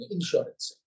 Insurance